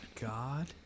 god